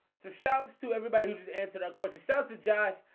so shouts to everybody who just answered. of course. it sounds to josh.